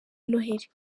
noheli